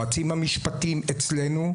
שהיועצים המשפטיים אצלנו,